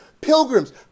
pilgrims